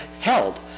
held